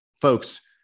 Folks